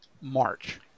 March